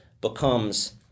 becomes